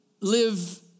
live